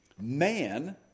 Man